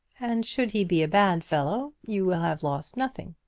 and should he be a bad fellow, you will have lost nothing.